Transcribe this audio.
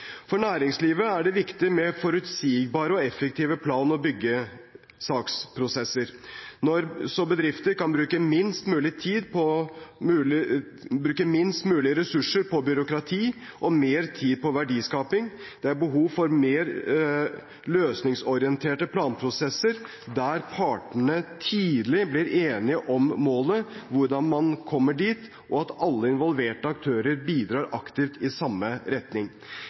For næringslivet er det viktig med forutsigbare og effektive plan- og byggesaksprosesser, slik at bedrifter kan bruke minst mulig ressurser på byråkrati og mer tid på verdiskaping. Det er behov for mer løsningsorienterte planprosesser, der partene tidlig blir enige om målet og hvordan man kommer dit, og at alle involverte aktører bidrar aktivt i samme retning.